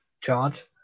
charge